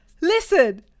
listen